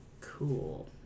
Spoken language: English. cool